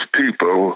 people